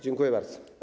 Dziękuję bardzo.